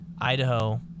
Idaho